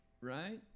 Right